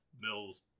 Mills